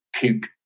kook